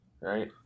right